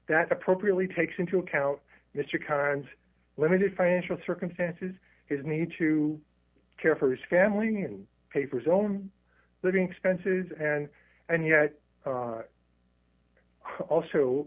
that appropriately takes into account mr kinds let me financial circumstances his need to care for his family and pay for his own living expenses and and yet also